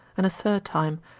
and a third time,